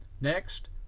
Next